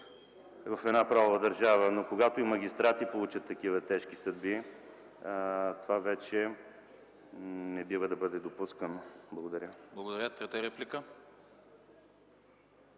в една правова държава, но когато и магистрати получат такива тежки съдби – това вече не бива да бъде допускано. Благодаря. ПРЕДСЕДАТЕЛ АНАСТАС